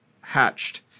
hatched